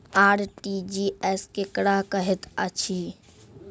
RTGS केकरा कहैत अछि?